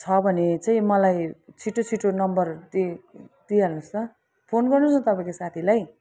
छ भने चाहिँ मलाई छिटो छिटो नम्बर दे दिइहाल्नुहोस् त फोन गर्नुहोस् न तपाईँको साथीहरूलाई